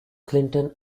clinton